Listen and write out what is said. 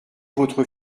votre